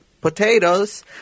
potatoes